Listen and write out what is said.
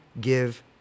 give